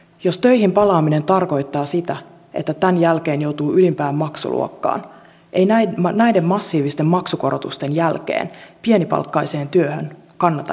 jos töihin palaaminen tarkoittaa sitä että tämän jälkeen joutuu ylimpään maksuluokkaan ei näiden massiivisten maksukorotusten jälkeen pienipalkkaiseen työhön kannata enää palata